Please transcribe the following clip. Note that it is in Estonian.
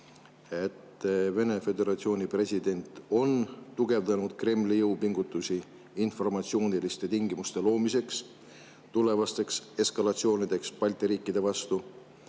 Vene föderatsiooni president on tugevdanud Kremli jõupingutusi informatsiooniliste tingimuste loomiseks tulevasteks eskalatsioonideks Balti riikide vastu,